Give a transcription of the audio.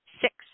Six